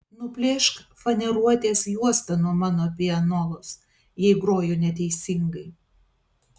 nuplėšk faneruotės juostą nuo mano pianolos jei groju neteisingai